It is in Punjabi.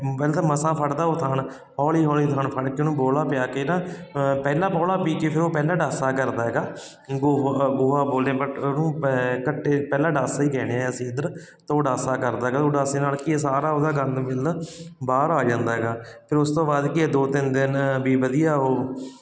ਪਹਿਲਾਂ ਤਾਂ ਮਸਾਂ ਫੜਦਾ ਉਹ ਥਣ ਹੌਲੀ ਹੌਲੀ ਥਣ ਫੜ ਕੇ ਉਹਨੂੰ ਬੋਹਲਾ ਪਿਆ ਕੇ ਨਾ ਪਹਿਲਾਂ ਬੋਹਲਾ ਪੀ ਕੇ ਫਿਰ ਉਹ ਪਹਿਲਾਂ ਡਾਸਾ ਕਰਦਾ ਹੈਗਾ ਗੋਹਾ ਗੋਹਾ ਬੋਲਦੇ ਬਟ ਉਹਨੂੰ ਕੱਟੇ ਪਹਿਲਾਂ ਡਾਸਾ ਹੀ ਕਹਿੰਦੇ ਹਾਂ ਅਸੀਂ ਇੱਧਰ ਤਾਂ ਉਹ ਡਾਸਾ ਕਰਦਾ ਹੈਗਾ ਉਹ ਡਾਸੇ ਨਾਲ ਕੀ ਆ ਸਾਰਾ ਉਹਦਾ ਗੰਦ ਮਿੰਦ ਬਾਹਰ ਆ ਜਾਂਦਾ ਹੈਗਾ ਫਿਰ ਉਸ ਤੋਂ ਬਾਅਦ ਕੀ ਆ ਦੋ ਤਿੰਨ ਦਿਨ ਵੀ ਵਧੀਆ ਉਹ